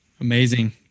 amazing